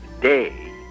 day